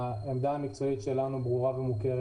העמדה המקצועית שלנו ברורה ומוכרת,